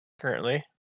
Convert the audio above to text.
currently